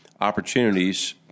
opportunities